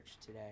today